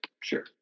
Sure